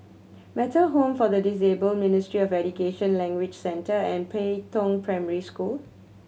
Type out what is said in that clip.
Metta Home for the Disabled Ministry of Education Language Centre and Pei Tong Primary School